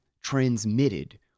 transmitted